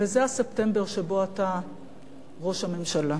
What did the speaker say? וזה הספטמבר שבו אתה ראש הממשלה.